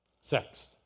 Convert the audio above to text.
sex